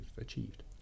achieved